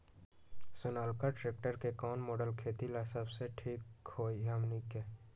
Sonalika tractor के कौन model खेती ला सबसे ठीक होई हमने की?